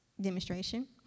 demonstration